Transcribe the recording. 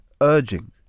urging